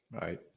right